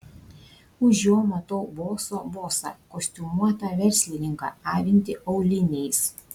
už jo matau boso bosą kostiumuotą verslininką avintį auliniais